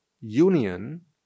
union